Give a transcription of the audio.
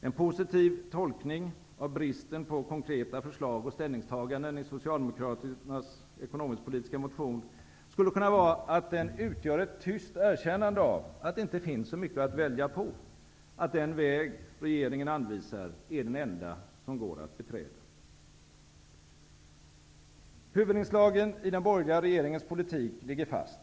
En positiv tolkning av bristen på konkreta förslag och ställningstaganden i Socialdemokraternas ekonomisk-politiska motion skulle kunna vara att den utgör ett tyst erkännande av att det inte finns så mycket att välja på -- att den väg regeringen anvisar är den enda som går att beträda. Huvudinslagen i den borgerliga regeringens politik ligger fast.